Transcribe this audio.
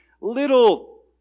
little